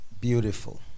Beautiful